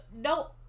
No